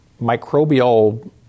microbial